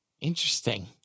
Interesting